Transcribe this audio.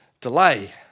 delay